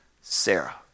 Sarah